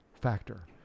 factor